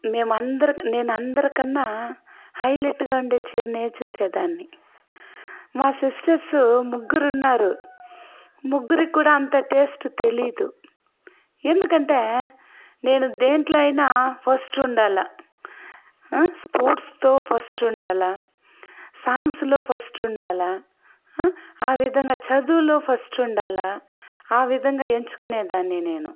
మేము అందరి నేను అందరికన్నా హైలైట్గా ఉండే చీరనే చుసేదాని మా సిస్టర్స్ ముగ్గురు ఉన్నారు ముగ్గురికి కూడా అంత టేస్ట్ తెలీదు ఎందుకంటే నేను దేంట్లో అయిన ఫస్ట్ ఉండాలి స్పోర్ట్స్తో ఫస్ట్ ఉండాలి సాంగ్స్లో ఫస్ట్ ఉండాలి ఆ విధంగా చదువులో ఫస్ట్ ఉండాలి ఆ విధంగా ఎంచుకునే దాన్ని నేను